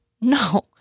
No